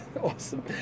Awesome